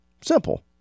Simple